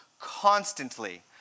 constantly